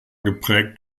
geprägt